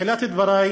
בתחילת דבריי